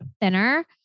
thinner